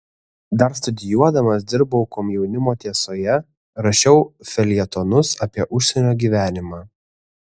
dar studijuodamas dirbau komjaunimo tiesoje rašiau feljetonus apie užsienio gyvenimą